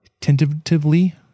tentatively